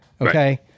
Okay